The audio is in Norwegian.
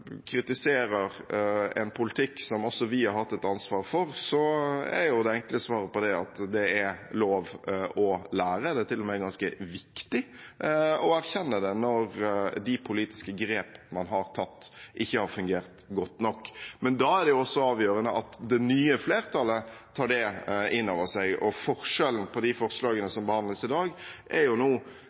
kritiserer en politikk som også vi har hatt et ansvar for, er det enkle svaret på det at det er lov å lære. Det er til og med ganske viktig å erkjenne det når de politiske grep man har tatt, ikke har fungert godt nok. Men da er det også avgjørende at det nye flertallet tar det innover seg. Forskjellen på de forslagene som behandles i dag, er jo nå